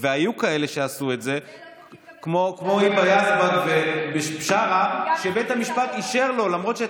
כי עד עכשיו סעיף 7א מומש על ידי בית המשפט רק בסעיף השלישי שלו.